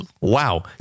Wow